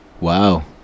wow